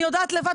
אני יודעת לבד,